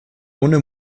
ohne